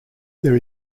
there